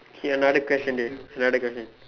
okay another question dey another question